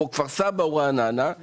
כמו כפר סבא או רעננה; שם,